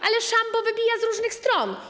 Ale szambo wybija z różnych stron.